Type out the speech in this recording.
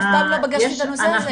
אף פעם לא פגשתי את הנושא הזה.